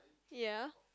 ya